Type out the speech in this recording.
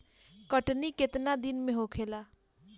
कटनी केतना दिन में होखेला?